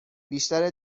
بیشتر